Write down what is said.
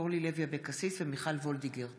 אורלי לוי אבקסיס ומיכל וולדיגר בנושא: